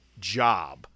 job